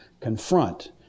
confront